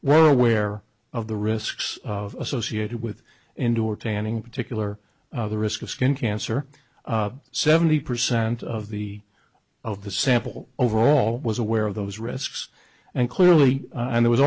were aware of the risks associated with indoor tanning particular the risk of skin cancer seventy percent of the of the sample overall was aware of those risks and clearly there was